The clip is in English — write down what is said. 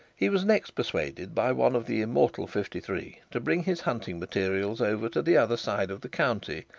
he was next persuaded, by one of the immortal fifty-three, to bring his hunting materials over to the other side of the county,